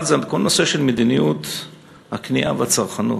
1. זה כל הנושא של מדיניות הקנייה והצרכנות.